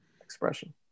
expression